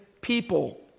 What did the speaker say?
people